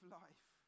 life